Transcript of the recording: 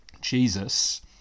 Jesus